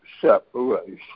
separation